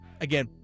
again